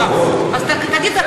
לא, פחות.